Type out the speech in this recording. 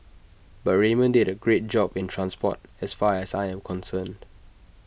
but Raymond did A great job in transport as far as I am concerned